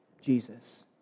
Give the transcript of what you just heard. Jesus